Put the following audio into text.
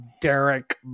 Derek